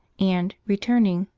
and, returning,